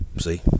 see